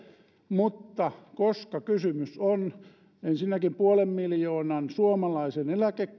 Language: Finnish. mutta koska kysymys on ensinnäkin puolen miljoonan suomalaisen